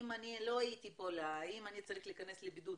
אם לא הייתי חולה, האם אני צריך להיכנס לבידוד?